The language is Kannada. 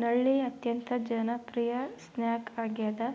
ನಳ್ಳಿ ಅತ್ಯಂತ ಜನಪ್ರಿಯ ಸ್ನ್ಯಾಕ್ ಆಗ್ಯದ